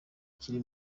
kiri